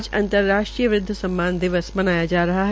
आज अंतर्राष्ट्रीय वृद्व सम्मान दिवस मनाया जा रहा है